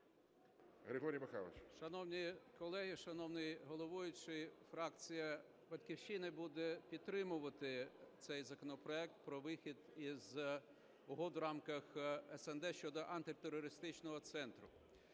Г.М. Шановні колеги, шановний головуючий, фракція "Батьківщина" буде підтримувати цей законопроект про вихід із угод в рамках СНД щодо Антитерористичного центру.